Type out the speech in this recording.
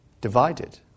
divided